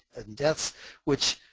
deaths which,